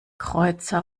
kreuzer